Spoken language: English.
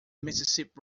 mississippi